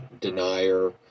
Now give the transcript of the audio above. denier